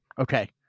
Okay